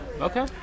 Okay